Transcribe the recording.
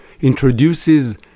introduces